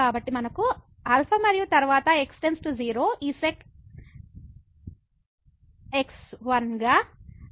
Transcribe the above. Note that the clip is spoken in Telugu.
కాబట్టి మనకు α మరియు తరువాత x → 0 ఈ sec x 1 గా ఉంటుంది